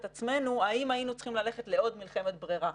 עצמנו האם היינו צריכים ללכת לעוד מלחמת ברירה.